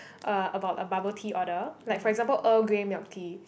uh about a bubble tea order like for example Earl Grey milk tea